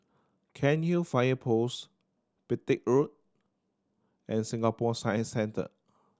Cairnhill Fire Post Petir Road and Singapore Science Centre